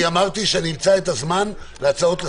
אמרתי שאני אמצא את הזמן להצעות לסדר.